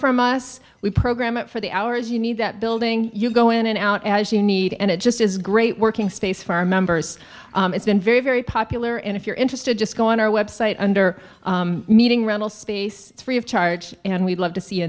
from us we program it for the hours you need that building you go in and out as you need and it just is great working space for our members it's been very very popular and if you're interested just go on our website under meeting rental space free of charge and we'd love to see